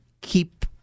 keep